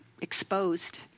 exposed